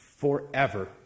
forever